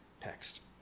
text